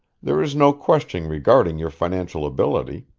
there is no question regarding your financial ability.